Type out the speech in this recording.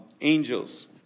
angels